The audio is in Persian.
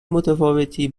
متفاوتی